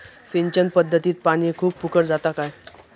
सिंचन पध्दतीत पानी खूप फुकट जाता काय?